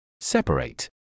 Separate